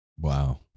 wow